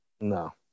no